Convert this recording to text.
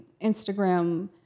Instagram